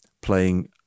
playing